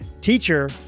teacher